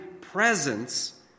presence